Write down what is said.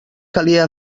calia